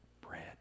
bread